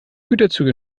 güterzüge